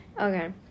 Okay